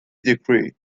decree